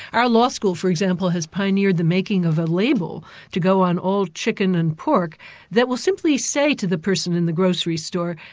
our law school, for example, has pioneered the making of a label to go around all chicken and pork that will simply say to the person in the grocery store,